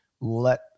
let